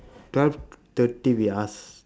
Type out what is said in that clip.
twelve thirty we ask